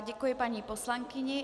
Děkuji paní poslankyni.